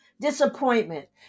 Disappointment